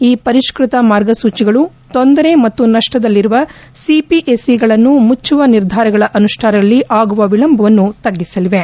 ಈ ಪರಿಷ್ನತ ಮಾರ್ಗಸೂಚಿಗಳು ತೊಂದರೆ ಮತ್ತು ನಷ್ಷದಲ್ಲಿರುವ ಸಿಪಿಎಸ್ಇ ಗಳನ್ನು ಮುಚ್ಚುವ ನಿರ್ಧಾರಗಳ ಅನುಷ್ಠಾನದಲ್ಲಿ ಆಗುವ ವಿಳಂಬವನ್ನು ತಗ್ಗಿಸಲಿವೆ